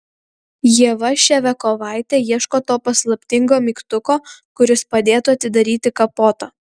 ieva ševiakovaitė ieško to paslaptingo mygtuko kuris padėtų atidaryti kapotą